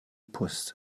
post